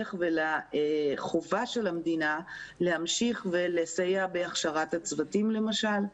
להמשך ולחובה של המדינה להמשיך ולסייע בהכשרת הצוותים למשל.